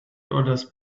others